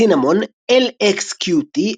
LXDE, LXQt,